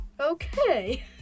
Okay